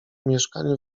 mieszkaniu